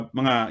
mga